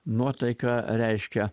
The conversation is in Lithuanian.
nuotaika reiškia